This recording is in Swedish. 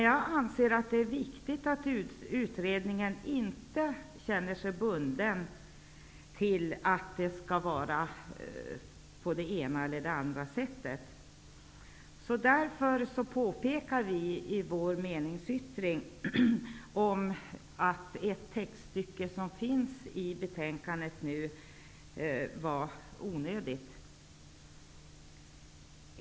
Jag anser att det är viktigt att utredningen inte känner sig bunden till att det skall vara på det ena eller det andra sättet. Därför påpekar vi i vår meningsyttring att ett textstycke som nu finns i betänkandet är onödigt.